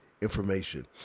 information